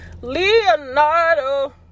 leonardo